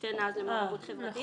כשתי נקודות למעורבות חברתית.